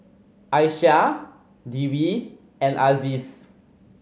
Aisyah Dwi and Aziz